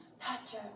Pastor